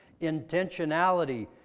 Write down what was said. Intentionality